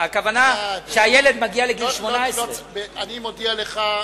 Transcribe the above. הכוונה שהילד מגיע לגיל 18. אני מודיע לך,